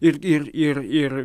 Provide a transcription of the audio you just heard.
ir ir ir ir